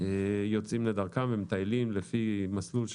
יוצאים לדרכם ומטיילים לפי מסלול שנקבע.